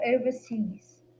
overseas